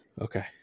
okay